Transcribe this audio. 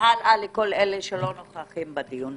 הלאה לכל אלה שלא נוכחים בדיון.